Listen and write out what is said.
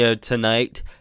tonight